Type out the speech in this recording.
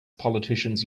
politicians